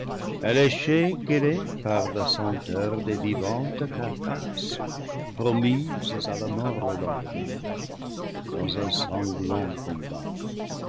alléchée qu'elle est par la senteur des vivantes carcasses promises à la mort le lendemain dans un sanglant combat